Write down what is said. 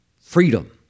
freedom